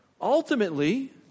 Ultimately